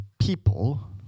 people